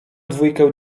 dwójkę